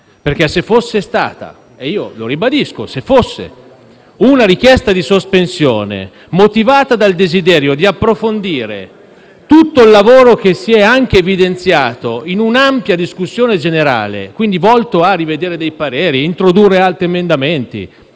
Se fosse - ribadisco: se fosse - una richiesta di sospensione motivata dal desidero di approfondire tutto il lavoro che si è anche evidenziato in un'ampia discussione generale, volto a rivedere dei pareri e presentare nuovi emendamenti,